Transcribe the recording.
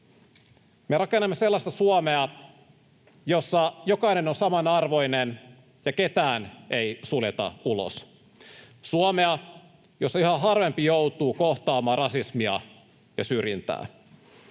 Me rakennamme sellaista Suomea, jossa jokainen on samanarvoinen ja ketään ei suljeta ulos — Suomea, jossa yhä harvempi ihminen joutuu kohtaamaan rasismia ja syrjintää.